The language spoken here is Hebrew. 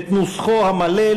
את נוסחו המלא,